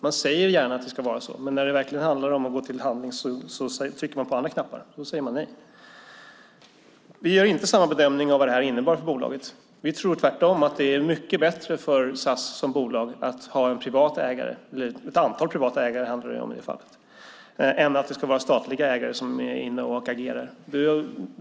Man säger gärna att det ska vara så, men när det verkligen handlar om att gå till handling trycker man på andra knappar. Då säger man nej. Vi gör inte samma bedömning av vad det här innebär för bolaget. Vi tror tvärtom att det är mycket bättre för SAS som bolag att ha ett antal privata ägare än att det ska vara statliga ägare som agerar.